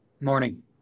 Morning